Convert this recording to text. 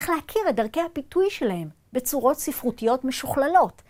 צריך להכיר את דרכי הפיתוי שלהם בצורות ספרותיות משוכללות.